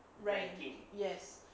rank yes